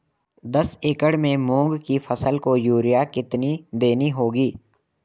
दस एकड़ में मूंग की फसल को यूरिया कितनी देनी होगी?